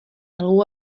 algú